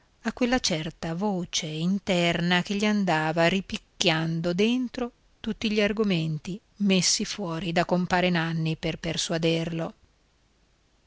a quella certa voce interna che gli andava ripicchiando dentro tutti gli argomenti messi fuori da compare nanni per persuaderlo